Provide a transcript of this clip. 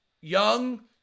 young